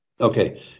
Okay